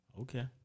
Okay